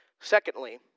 Secondly